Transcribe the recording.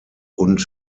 und